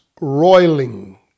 roiling